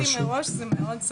אני אמרתי מראש שזה מאוד סבוך.